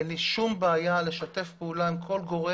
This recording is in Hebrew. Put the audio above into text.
אין לי שום בעיה לשתף פעולה עם כל גורם.